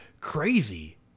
crazy